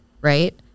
right